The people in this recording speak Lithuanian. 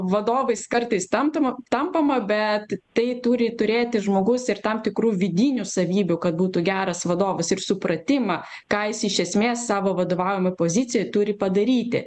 vadovais kartais tamtama tampama bet tai turi turėti žmogus ir tam tikrų vidinių savybių kad būtų geras vadovas ir supratimą ką jis iš esmės savo vadovaujamoj pozicijoj turi padaryti